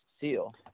Seal